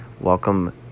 Welcome